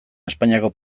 espainiako